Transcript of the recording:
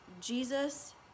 jesus